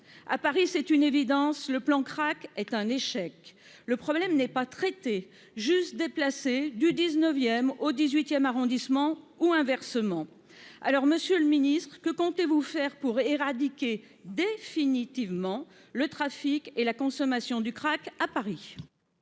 à Paris, c'est une évidence, le plan crack est un échec, le problème n'est pas traitée juste déplacé du 19ème au 18ème arrondissement ou inversement, alors Monsieur le Ministre que comptez-vous faire pour éradiquer définitivement le trafic et la consommation du crack à Paris.